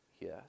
Yes